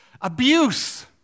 abuse